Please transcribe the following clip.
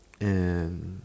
and